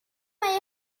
mae